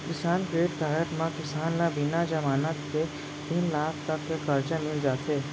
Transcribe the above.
किसान credit card म किसान ल बिना जमानत के तीन लाख तक के करजा मिल जाथे